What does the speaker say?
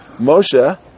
Moshe